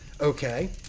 Okay